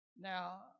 Now